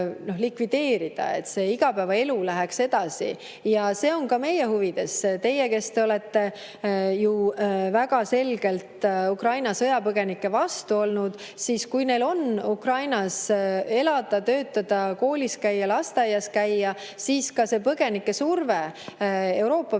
et igapäevaelu läheks edasi. See on ka meie huvides. Teie olete ju väga selgelt Ukraina sõjapõgenike vastu olnud. Aga kui nad [saavad] Ukrainas elada, töötada, koolis käia, lasteaias käia, siis see põgenike surve Euroopa